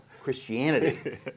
Christianity